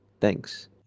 Thanks